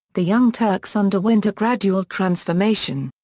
the young turks underwent a gradual transformation.